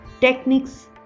techniques